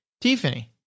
Tiffany